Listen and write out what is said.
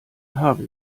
habe